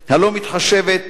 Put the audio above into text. "הלא-מתחשבת.